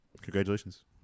Congratulations